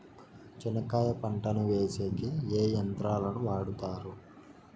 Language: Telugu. చెనక్కాయ పంటను వేసేకి ఏ యంత్రాలు ను వాడుతారు?